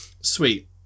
Sweet